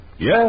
Yes